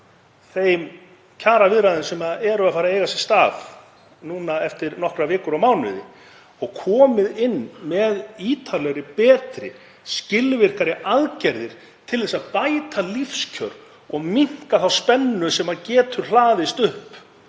þeim kjaraviðræðum sem eru að fara að eiga sér stað eftir nokkrar vikur og mánuði og komið inn með ítarlegri, betri, skilvirkari aðgerðir til að bæta lífskjör og minnka þá spennu sem getur hlaðist upp